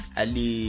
ali